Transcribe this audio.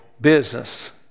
business